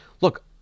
Look